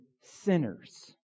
sinners